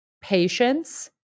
patience